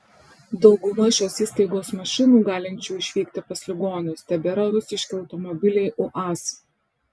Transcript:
dauguma šios įstaigos mašinų galinčių išvykti pas ligonius tebėra rusiški automobiliai uaz